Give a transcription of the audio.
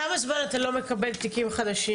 כמה זמן אתה לא מקבל תיקים חדשים?